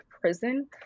prison